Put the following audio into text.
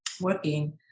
working